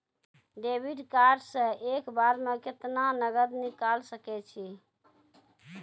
Debit card से एक बार मे केतना नगद निकाल सके छी?